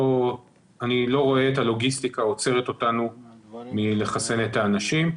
אני לא רואה את הלוגיסטיקה עוצרת אותנו מלחסן את האנשים.